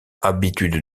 habitude